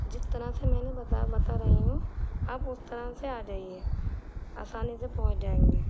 جس طرح سے میں نے بتا بتا رہی ہوں آپ اس طرح سے آ جائیے آسانی سے پہنچ جائیں گے